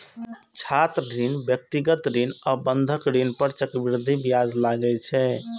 छात्र ऋण, व्यक्तिगत ऋण आ बंधक ऋण पर चक्रवृद्धि ब्याज लागै छै